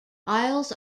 aisles